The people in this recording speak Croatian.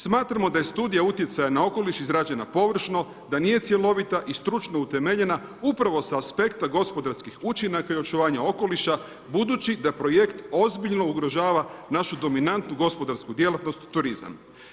Smatramo da je studija utjecaja na okoliš, izrađeno površno, da nije cjelovita i stručno utemeljena, upravo sa aspekta gospodarskih učinaka i očuvanja okoliša, budući da projekt ozbiljno ugrožava našu dominantu gospodarsku djelatnost turizam.